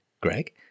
Greg